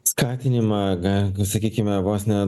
skatinimą gal sakykime vos ne